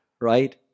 right